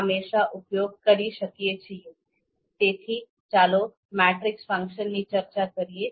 તેથી ચાલો મેટ્રિક્સ ફંક્શનની ચર્ચા કરીએ